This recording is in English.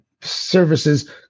services